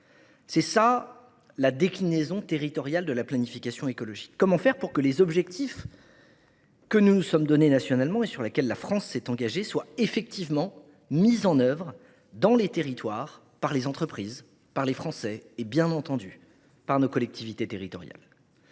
C’est cela, la déclinaison territoriale de la planification écologique : comment faire pour que les objectifs que nous nous sommes donnés nationalement, et sur lesquels la France s’est engagée, soient effectivement mis en œuvre dans les territoires, par les entreprises, par les Français et, bien entendu, par nos collectivités territoriales ?